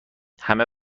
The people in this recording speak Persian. همه